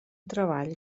treball